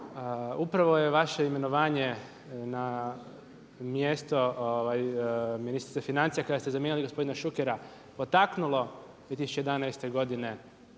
Upravo je vaše imenovanje na mjesto ministrice financija kada ste zamijenili gospodina Šukera potaknulo 2011. godine